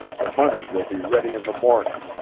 the money will be ready in the morning.